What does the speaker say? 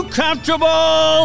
comfortable